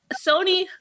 Sony